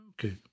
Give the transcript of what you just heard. Okay